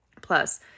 Plus